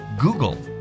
Google